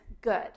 good